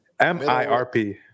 M-I-R-P